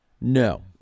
No